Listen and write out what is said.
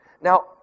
Now